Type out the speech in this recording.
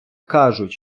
кажуть